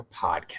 podcast